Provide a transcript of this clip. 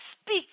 speak